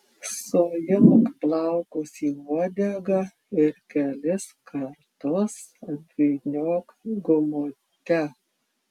suimk plaukus į uodegą ir kelis kartus apvyniok gumute